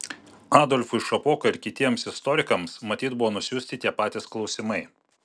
adolfui šapokai ir kitiems istorikams matyt buvo nusiųsti tie patys klausimai